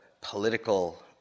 political